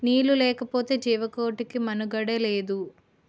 నీళ్లు లేకపోతె జీవకోటికి మనుగడే లేదు